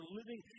living